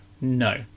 No